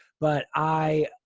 but i